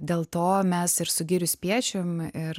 dėl to mes ir su girių spiečium ir